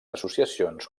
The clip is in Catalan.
associacions